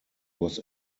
was